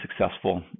successful